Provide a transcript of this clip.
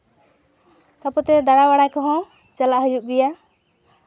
ᱛᱟᱯᱚᱛᱮ ᱫᱟᱬᱟ ᱵᱟᱲᱟ ᱠᱚᱦᱚᱸ ᱪᱟᱞᱟᱜ ᱦᱩᱭᱩᱜ ᱜᱮᱭᱟ